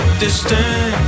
distant